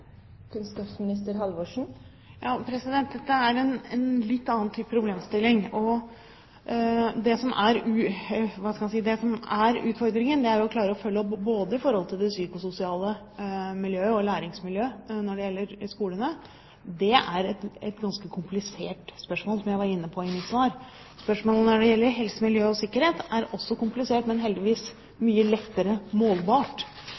Dette er en litt annen type problemstilling. Det som er utfordringen, er å klare å følge opp i forhold til både det psykososiale miljøet og læringsmiljøet i skolene. Det er et ganske komplisert spørsmål, som jeg var inne på i mitt svar. Spørsmålene når det gjelder helse, miljø og sikkerhet er også kompliserte, men heldigvis